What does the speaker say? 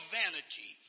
vanity